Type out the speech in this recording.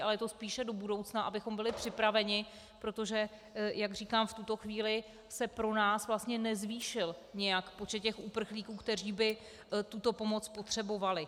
Ale je to spíše do budoucna, abychom byli připraveni, protože jak říkám, v tuto chvíli se pro nás vlastně nezvýšil nějak počet uprchlíků, kteří by tuto pomoc potřebovali.